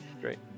Great